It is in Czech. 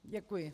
Děkuji.